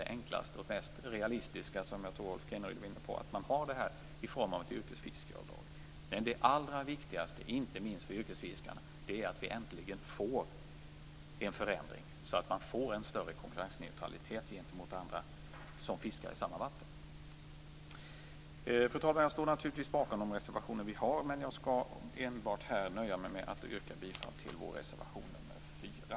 Det enklaste och mest realistiska är kanske det som jag tror att Rolf Kenneryd var inne på, nämligen ett yrkesfiskaravdrag. Det allra viktigaste inte minst för yrkesfiskarna är att det äntligen blir en förändring, så att man får en större konkurrensneutralitet gentemot andra som fiskar i samma vatten. Fru talman! Jag står naturligtvis bakom de reservationer som vi har avgivit, men jag nöjer mig här med att yrka bifall enbart till vår reservation nr 4.